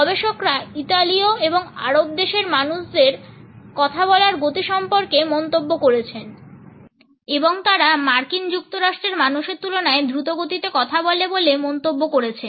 গবেষকরা ইতালীয় এবং আরব দেশের মানুষের কথা বলার গতি সম্পর্কে মন্তব্য করেছেন এবং তারা মার্কিন যুক্তরাষ্ট্রের মানুষের তুলনায় দ্রুত গতিতে কথা বলে বলে মন্তব্য করেছেন